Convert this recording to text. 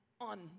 on